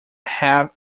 have